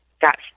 got